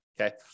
okay